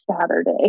Saturday